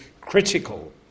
critical